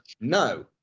no